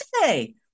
today